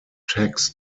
tax